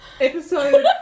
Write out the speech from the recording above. Episode